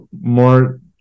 more